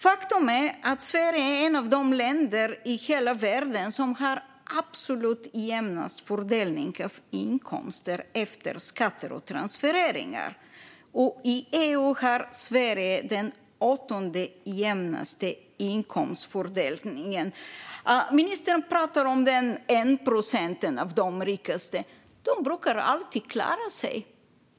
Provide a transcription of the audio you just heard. Faktum är att Sverige är ett av de länder i hela världen som har absolut jämnast fördelning av inkomster efter skatter och transfereringar. I EU ligger Sverige på åttonde plats när det gäller den jämnaste inkomstfördelningen. Ministern pratar om den rikaste procenten, och de personerna brukar alltid klara sig.